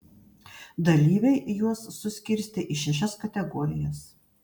dalyviai juos suskirstė į šešias kategorijas